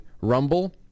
Rumble